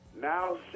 now